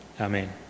Amen